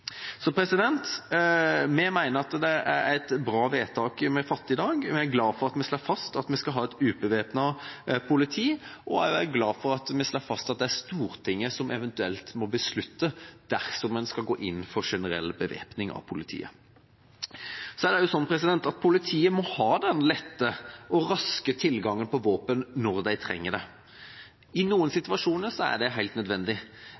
så galt i Norge når det gjelder dette – men det er i hvert fall tydelig at hvis en ender i den situasjonen, vil også våpen bli brukt oftere. Vi mener at det er et bra vedtak vi fatter i dag. Jeg er glad for at vi slår fast at vi skal ha et ubevæpnet politi, og jeg er også glad for at vi slår fast at det er Stortinget som eventuelt må beslutte at en skal gå inn for generell bevæpning av politiet. Så er det slik at politiet må ha den lette og raske